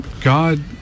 God